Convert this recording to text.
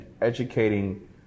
educating